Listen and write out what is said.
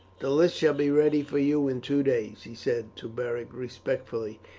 the list shall be ready for you in two days, he said to beric respectfully.